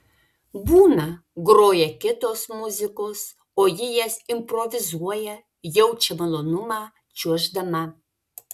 būna groja kitos muzikos o ji jas improvizuoja jaučia malonumą čiuoždama